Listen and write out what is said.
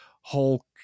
Hulk